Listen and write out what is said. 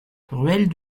ruelle